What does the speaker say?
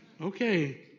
okay